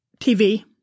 TV